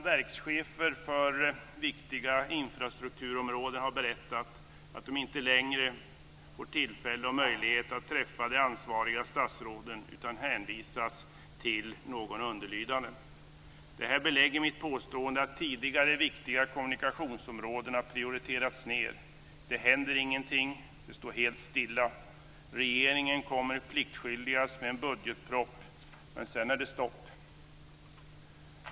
Verkschefer för viktiga infrastrukturområden har berättat att de inte längre får tillfälle och möjlighet att träffa de ansvariga statsråden utan hänvisas till någon underlydande. Det belägger mitt påstående att tidigare viktiga kommunikationsområden har prioriterats ned. Det händer ingenting. Det står helt stilla. Regeringen kommer pliktskyldigast med en budgetproposition, men sedan är det stopp.